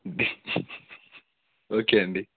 okay అండి